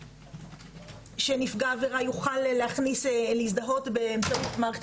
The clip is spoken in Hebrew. שנפגע העבירה יוכל להזדהות באמצעות מערכת